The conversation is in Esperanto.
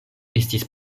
estis